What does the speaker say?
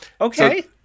Okay